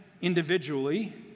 individually